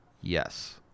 yes